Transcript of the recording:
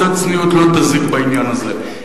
קצת צניעות לא תזיק בעניין הזה.